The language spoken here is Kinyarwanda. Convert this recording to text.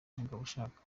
mugabushaka